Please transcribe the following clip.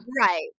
Right